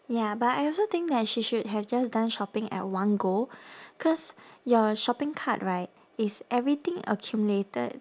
ya but I also think that she should have just done shopping at one go cause your shopping cart right it's everything accumulated